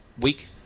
week